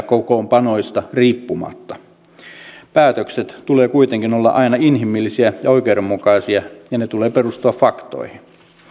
kokoonpanoista riippumatta päätöksien tulee kuitenkin olla aina inhimillisiä ja oikeudenmukaisia ja niiden tulee perustua faktoihin